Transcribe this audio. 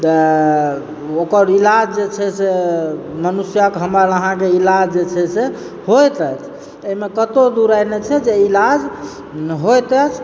तऽ ओकर ईलाज जे छै से मनुष्यक हमर अहाँक ईलाज जे छै से होइत एहिमे कतहुँ दू राय नहि छै जे इलाज होयत अछि